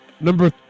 number